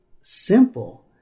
simple